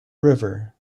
river